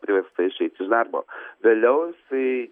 priversta išeit iš darbo vėliau jisai